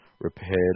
repaired